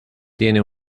tiene